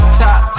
top